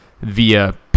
via